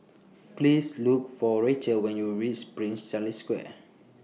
Please Look For Rachael when YOU REACH Prince Charles Square